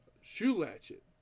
shoe-latchet